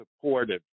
supportive